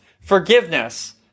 forgiveness